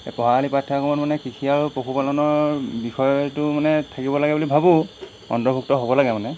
এই পঢ়াশালি পাঠ্যক্ৰমত মানে কৃষি আৰু পশুপালনৰ বিষয়টো মানে থাকিব লাগে বুলি ভাবোঁ অন্তৰ্ভুক্ত হ'ব লাগে মানে